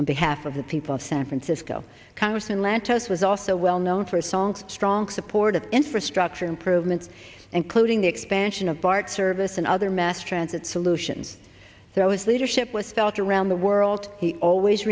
on behalf of the people of san francisco congressman lantos was also well known for songs strong support of infrastructure improvements and closing the expansion of bart service and other mass transit solutions so as leadership was felt around the world he always